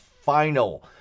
final